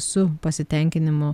su pasitenkinimu